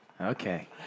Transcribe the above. Okay